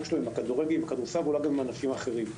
שלו עם הכדורגל והכדורסל ואולי גם עם ענפים אחרים.